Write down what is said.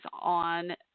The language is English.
on